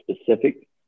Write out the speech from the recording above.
specific